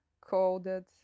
coded